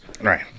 right